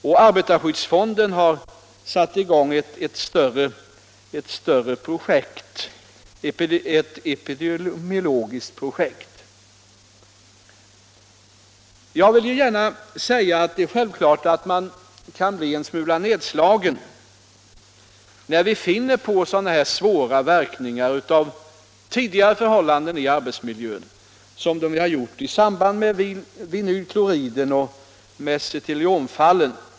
Och arbetarskyddsfonden har satt i gång ett större projekt, ett epidemiologiskt projekt. Det är självklart att man kan bli en smula nedslagen när man finner så svåra verkningar av tidigare förhållanden i arbetsmiljön som dem man funnit i samband med vinylkloriden och mesoteliomfallen.